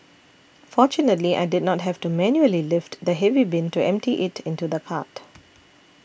fortunately I did not have to manually lift the heavy bin to empty it into the cart